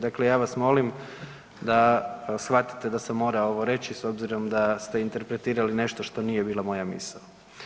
Dakle, ja vas molim da shvatite da sam morao ovo reći s obzirom da ste interpretirali nešto što nije bila moja misao.